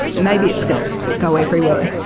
maybe it's going to go everywhere,